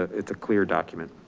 it's a clear document.